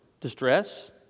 distress